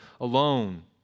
alone